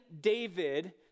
David